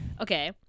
okay